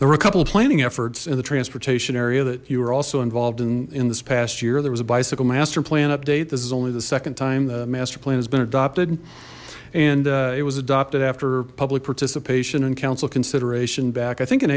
there were a couple of planning efforts in the transportation area that you were also involved in in this past year there was a bicycle master plan update this is only the second time the master plan has been adopted and it was adopted after public participation and council consideration back i think in